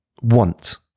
want